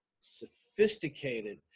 sophisticated